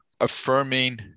affirming